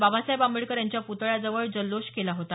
बाबासाहेब आंबेडकर यांच्या पुतळ्याजवळ जल्लोष केला होता